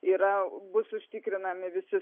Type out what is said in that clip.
yra bus užtikrinami visi